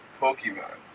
Pokemon